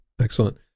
excellent